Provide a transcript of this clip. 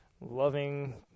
loving